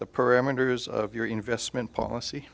the parameters of your investment policy